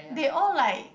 they all like